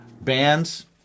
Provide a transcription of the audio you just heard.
bands